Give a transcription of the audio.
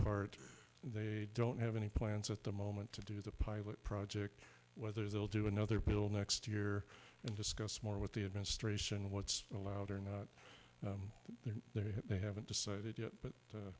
part they don't have any plans at the moment to do the pilot project whether they'll do another bill next year and discuss more with the administration what's allowed or not they're there they haven't decided